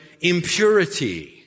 impurity